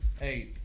Hey